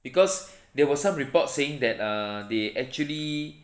because there were some reports saying that err they actually